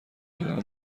کردن